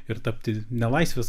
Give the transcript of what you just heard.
ir tapti nelaisvės